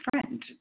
friend